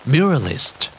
Muralist